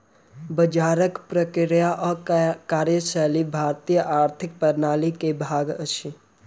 बजारक प्रक्रिया आ कार्यशैली भारतीय आर्थिक प्रणाली के भाग अछि